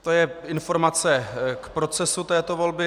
To je informace k procesu této volby.